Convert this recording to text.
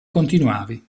continuavi